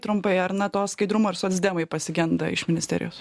trumpai ar na to skaidrumo ir socdemai pasigenda iš ministerijos